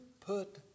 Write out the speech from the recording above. put